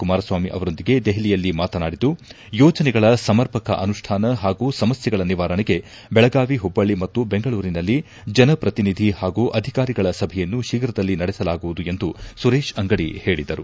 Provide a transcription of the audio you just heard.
ಕುಮಾರಸ್ವಾಮಿ ಅವರೊಂದಿಗೆ ದೆಹಲಿಯಲ್ಲಿ ಮಾತನಾಡಿದ್ದು ಯೋಜನೆಗಳ ಸಮರ್ಪಕ ಅನುಷ್ಠಾನ ಹಾಗೂ ಸಮಸ್ಕೆ ನಿವಾರಣೆಗೆ ಬೆಳಗಾವಿ ಹುಬ್ಬಳ್ಳಿ ಮತ್ತು ಬೆಂಗಳೂರಿನಲ್ಲಿ ಜನಪ್ರತಿನಿಧಿ ಹಾಗೂ ಅಧಿಕಾರಿಗಳ ಸಭೆಯನ್ನು ಶೀಘ್ರದಲ್ಲಿ ನಡೆಸಲಾಗುವುದು ಎಂದು ಸುರೇಶ್ ಅಂಗಡಿ ಹೇಳಿದರು